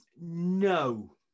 no